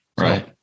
Right